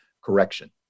correction